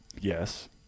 yes